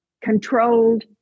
Controlled